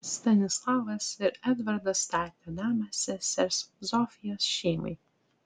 stanislavas ir edvardas statė namą sesers zofijos šeimai